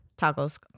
Tacos